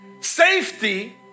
safety